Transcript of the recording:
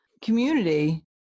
community